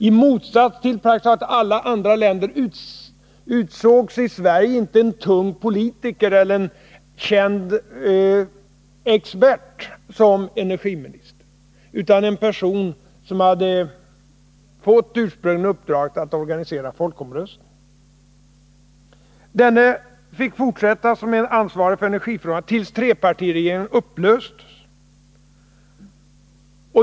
I motsats till det brukliga i praktiskt taget alla andra länder utsågs i Sverige inte en tung politiker eller en känd expert som energiminister utan en person som ursprungligen hade fått uppdraget att organisera folkomröstningen. Denne fick fortsätta som ansvarig för energifrågorna tills trepartiregeringen upplöstes.